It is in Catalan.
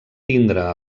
tindre